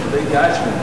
אנחנו די התייאשנו,